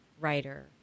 writer